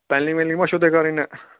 panelling وینلِنگ ما چھُو تۄہہ کَرٕنۍ نہ